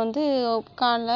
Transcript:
வந்து காலைல